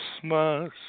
Christmas